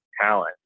talent